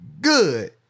good